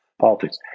politics